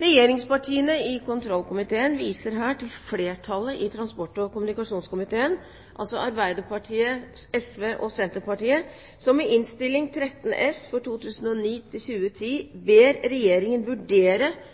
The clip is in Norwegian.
Regjeringspartiene i kontrollkomiteen viser her til flertallet i transport- og kommunikasjonskomiteen, altså Arbeiderpartiet, SV og Senterpartiet, som i Innst. 13 S for 2009–2010 ber Regjeringen vurdere